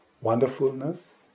wonderfulness